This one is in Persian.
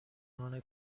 نان